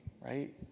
right